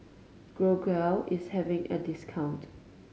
Growell is having a discount